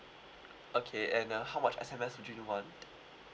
okay and uh how much S_M_S would you want